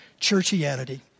churchianity